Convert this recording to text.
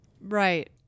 Right